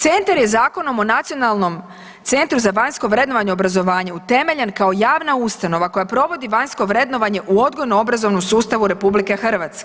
Centar je Zakonom o Nacionalnom centru za vanjsko vrednovanje obrazovanja utemeljen kao javna ustanova koja provodi vanjsko vrednovanja u odgojno-obrazovnom sustavu RH.